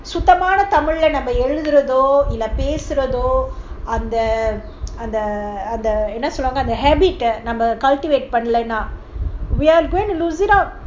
சுத்தமானதமிழலநாமஎழுதுறதோஇல்லபேசுறதோஅந்தஅந்த:suthamana tamilla nama eluthuratho illa pesuratho andha andha habit ah cultivate பண்ணலைனா:pannalana we're going to lose it out